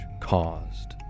caused